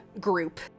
group